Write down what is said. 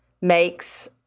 makes